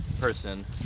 person